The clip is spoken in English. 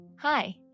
Hi